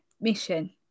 mission